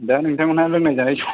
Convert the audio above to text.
दा नोंथांमोनहा लोंनाय जानाय सम